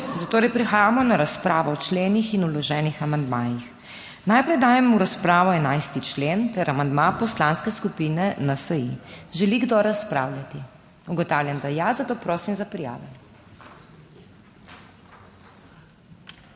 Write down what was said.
zatorej prehajamo na razpravo o členih in vloženih amandmajih. Najprej dajem v razpravo 11. člen ter amandma Poslanske skupine NSi. Želi kdo razpravljati? (Da.) Ugotavljam, da ja, zato prosim za prijave.